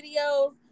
videos